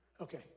Okay